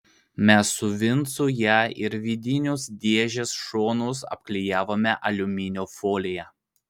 mes su vincu ją ir vidinius dėžės šonus apklijavome aliuminio folija